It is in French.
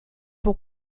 pour